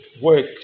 work